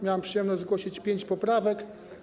Miałem przyjemność zgłosić pięć poprawek.